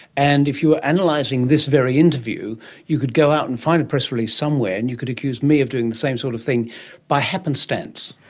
and if you were analysing this very interview you could go out and find a press release somewhere and you could accuse me of doing the same sort of thing by happenstance.